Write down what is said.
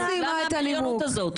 למה הבריונות הזאת?